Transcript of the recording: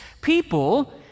people